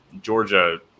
Georgia